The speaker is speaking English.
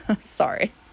Sorry